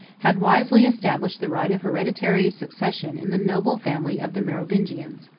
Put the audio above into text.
had wisely established the right of hereditary succession in the noble family of the merovingians.